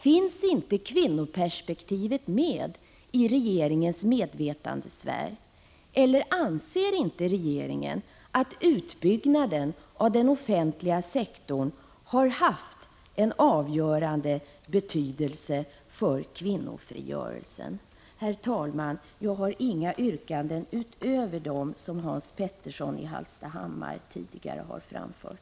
Finns inte kvinnoperspektivet med i regeringens medvetandesfär, eller anser inte regeringen att utbyggnaden av den offentliga sektorn har haft en avgörande betydelse för kvinnofrigörelsen? Herr talman! Jag har inget yrkande utöver dem som Hans Petersson i Hallstahammar tidigare framfört.